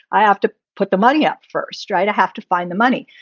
i have to put the money up first. right. i have to find the money.